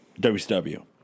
WCW